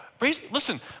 Listen